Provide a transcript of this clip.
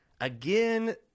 again